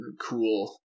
cool